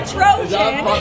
Trojan